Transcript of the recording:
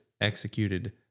executed